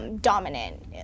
Dominant